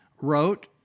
wrote